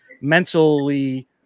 mentally